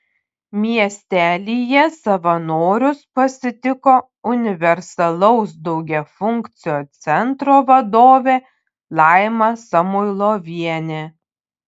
miestelyje savanorius pasitiko universalaus daugiafunkcio centro vadovė laima samuilovienė